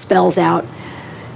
spells out